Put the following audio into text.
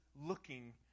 looking